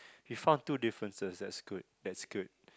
we found two differences that's good that's good